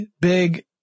big